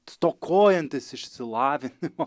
stokojantis išsilavinimo